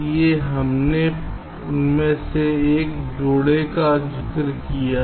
इसलिए हमने उनमें से एक जोड़े का जिक्र किया